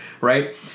Right